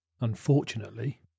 unfortunately